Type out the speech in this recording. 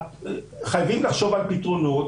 --- לכן, חייבים לחשוב על פתרונות.